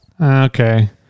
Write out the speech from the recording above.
Okay